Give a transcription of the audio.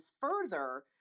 further